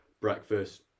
breakfast